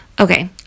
Okay